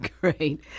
Great